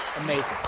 Amazing